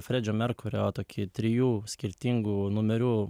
fredžio merkurio tokį trijų skirtingų numerių